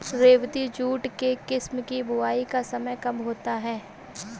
रेबती jute के किस्म की बुवाई का समय कब होता है?